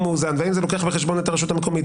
והאם זה לוקח בחשבון את הרשות המקומית,